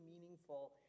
meaningful